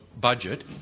budget